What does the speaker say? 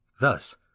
Thus